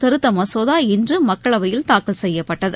திருத்த மசோதா இன்று மக்களவையில் தாக்கல் செய்யப்பட்டது